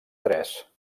tres